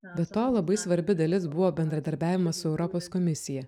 be to labai svarbi dalis buvo bendradarbiavimas su europos komisija